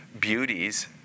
beauties